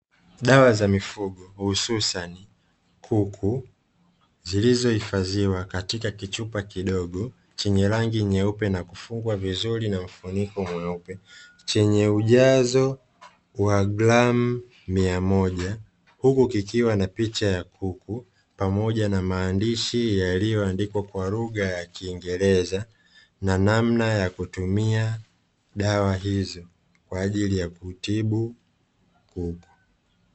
Dawa za mifugo hususani kuku zilizohifadhiwa katika kichupa kidogo chenye rangi nyeupe na kufungwa vizuri na mfuniko mweupe chenye ujazo wa gramu mia moja, huku kikiwa na picha ya kuku pamoja na maandishi yaliyoandikwa kwa lugha ya kiingereza na namna ya kutumia dawa hizo kwa ajili ya kutibu kuku.